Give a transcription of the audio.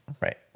right